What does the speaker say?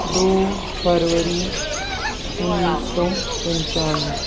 दो फरवरी उन्नीस सौ पँचानवें